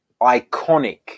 iconic